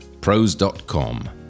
Pros.com